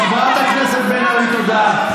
חברת הכנסת בן ארי, תודה.